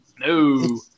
no